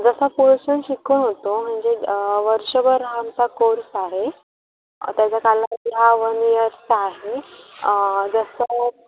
जसा पोर्शन शिकून होतो म्हणजे वर्षभर हा आमचा कोर्स आहे त्याचा कालावधी हा वन इयरचा आहे जसं